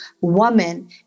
woman